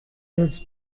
has